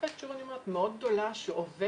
השאלה איך ------ זו מערכת מאוד גדולה שעובדת